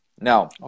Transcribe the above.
Now